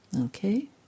Okay